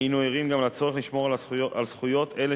היינו ערים גם לצורך לשמור על זכויות אלה